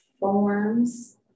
forms